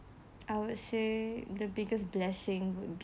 I would say the biggest blessing would be